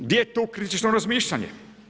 Gdje je tu kritično razmišljanje?